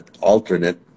alternate